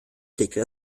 pflegte